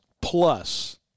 Plus